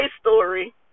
story